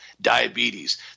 diabetes